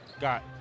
Got